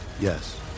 Yes